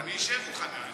אני אשב אתך על זה.